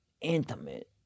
intimate